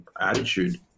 attitude